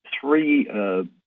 three